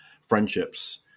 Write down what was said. friendships